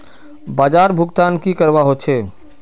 बाजार भुगतान की करवा होचे?